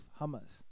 Hamas